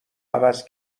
عوض